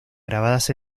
grabadas